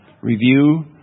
review